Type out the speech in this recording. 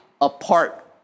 apart